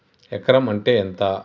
ఎకరం అంటే ఎంత?